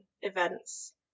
events